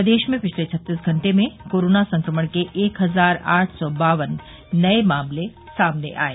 प्रदेश में पिछले छत्तीस घंटे में कोरोना संक्रमण के एक हजार आठ सौ बावन नये मामले सामने आये